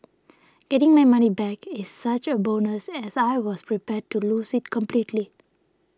getting my money back is such a bonus as I was prepared to lose it completely